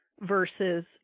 versus